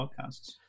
podcasts